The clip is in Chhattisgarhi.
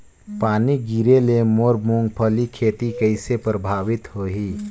पानी गिरे ले मोर मुंगफली खेती कइसे प्रभावित होही?